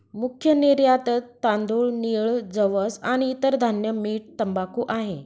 मुख्य निर्यातत तांदूळ, नीळ, जवस आणि इतर धान्य, मीठ, तंबाखू आहे